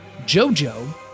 Jojo